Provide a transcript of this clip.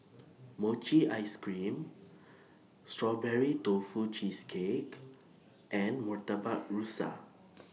Mochi Ice Cream Strawberry Tofu Cheesecake and Murtabak Rusa